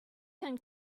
can